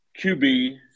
QB